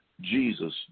Jesus